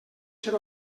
ser